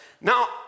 Now